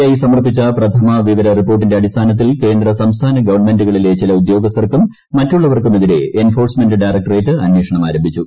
I സമർപ്പിച്ച പ്രഥമ വിവര റിപ്പോർട്ടിന്റെ അടിസ്ഥാനത്തിൽ കേന്ദ്ര സംസ്ഥാന ഗവൺമെന്റുകളിലെ ചില ഉദ്യോഗസ്ഥർക്കും മറ്റുള്ളവർക്കുമെതിരെ എൻഫോഴ്സ്മെന്റ് പ്രിഷയറക്ടറേറ്റ് അന്വേഷണം ആരംഭിച്ചു